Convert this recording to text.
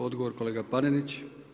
Odgovor kolega Panenić.